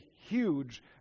huge